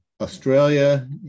Australia